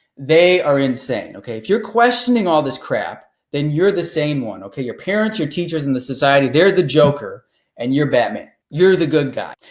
they are insane, okay. if you're questioning all this crap, then you're the sane one. your parents, your teachers, and the society, they're the joker and you're batman. you're the good guy.